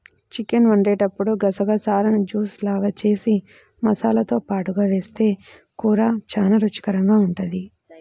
chicken వండేటప్పుడు గసగసాలను juice లాగా జేసి మసాలాతో పాటుగా వేస్తె కూర చానా రుచికరంగా ఉంటది